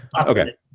Okay